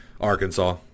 Arkansas